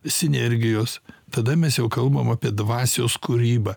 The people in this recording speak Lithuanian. sinergijos tada mes jau kalbam apie dvasios kūrybą